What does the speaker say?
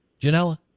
Janela